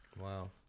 Wow